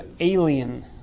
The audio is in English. alien